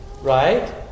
Right